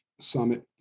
Summit